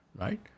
right